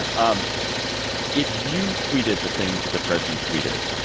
um if you tweeted the things that the president tweeted.